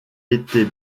était